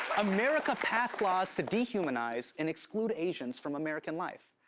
america passed laws to dehumanize and exclude asians from american life.